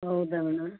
ಹೌದಾ